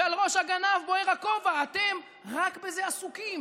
ועל ראש הגנב בוער הכובע, אתם, רק בזה עסוקים.